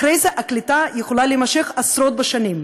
אחרי זה הקליטה יכולה להימשך עשרות שנים.